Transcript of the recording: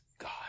God